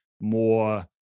more